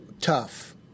Tough